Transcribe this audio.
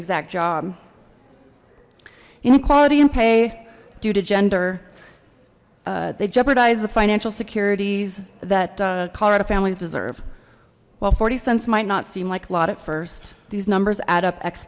exact job inequality and pay due to gender they jeopardize the financial securities that colorado families deserve while forty cents might not seem like a lot at first these numbers add up